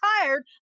tired